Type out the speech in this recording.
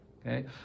Okay